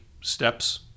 steps